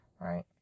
right